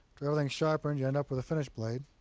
everything's sharpened, you end up with a finished blade.